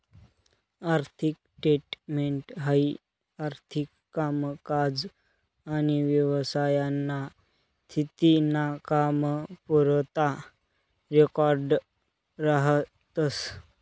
आर्थिक स्टेटमेंट हाई आर्थिक कामकाज आनी व्यवसायाना स्थिती ना कामपुरता रेकॉर्ड राहतस